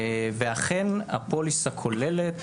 ואכן הפוליסה כוללת,